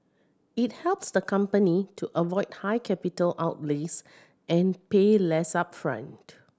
it helps the company to avoid high capital outlays and pay less upfront